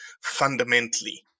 Fundamentally